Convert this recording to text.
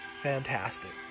Fantastic